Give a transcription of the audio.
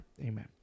Amen